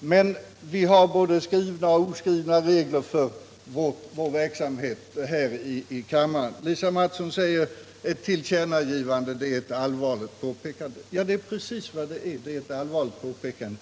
Men vi har både skrivna och oskrivna regler för vår verksamhet här i kammaren. Lisa Mattson säger att ett tillkännagivande är ett allvarligt påpekande. Ja, det är precis vad det är.